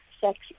sex